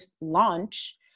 launch